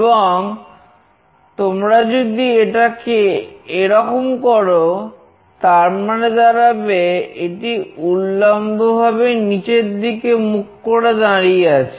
এবং তুমি যদি এটাকে এরকম করো তার মানে দাঁড়াবে এটি উলম্বভাবে নিচের দিকে মুখ করে দাঁড়িয়ে আছে